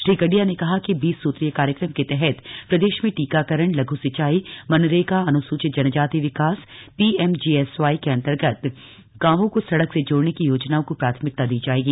श्री गडिया के कहा कि बीस सूत्रीय कार्यक्रम के तहत प्रदेश में टीकाकरण लघु सिचाई मनरेगा अनुसूचित जनजाति विकास पीएमजीएसवाई के अन्तर्गत गांवो को सड़क से जोडने की योजनाओं को प्राथमिकता दी जायेगी